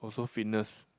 also fitness